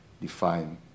define